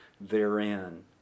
therein